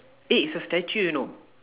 it's a statue you know